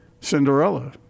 Cinderella